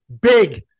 Big